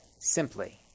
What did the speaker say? simply